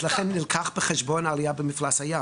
אז לכן נלקח בחשבון עלייה במפלס הים,